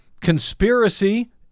Conspiracy